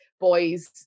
boys